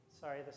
Sorry